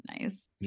nice